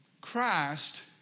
Christ